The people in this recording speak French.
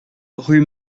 rue